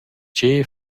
che